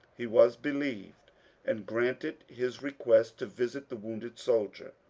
he was believed and granted his request to visit the wounded soldier.